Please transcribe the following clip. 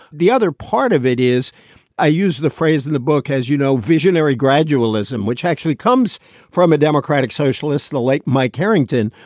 the other part of it is i use the phrase in the book, as, you know, visionary gradualism, which actually comes from a democratic socialist, the late mike harrington.